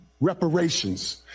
reparations